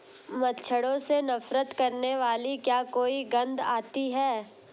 मच्छरों से नफरत करने वाली क्या कोई गंध आती है?